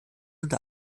unter